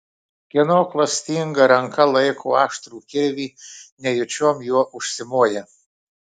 kieno klastinga ranka laiko aštrų kirvį nejučiom juo užsimoja